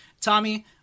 tommy